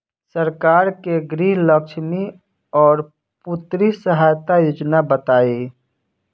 सरकार के गृहलक्ष्मी और पुत्री यहायता योजना बताईं?